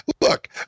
look